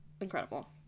incredible